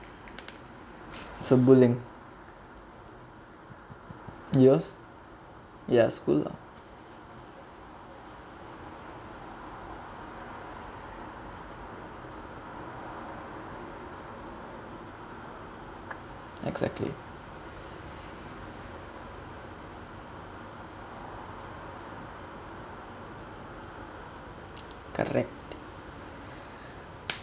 so bullying yours ya school lah exactly correct